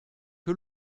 que